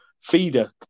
feeder